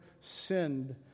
sinned